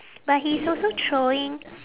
but he's also throwing